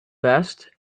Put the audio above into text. best